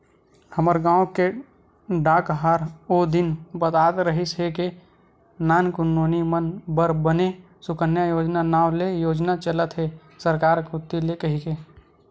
हमर गांव के डाकहार ओ दिन बतात रिहिस हे के नानकुन नोनी मन बर बने सुकन्या योजना नांव ले योजना चलत हे सरकार कोती ले कहिके